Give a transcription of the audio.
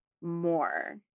more